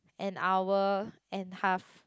an hour and half